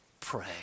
pray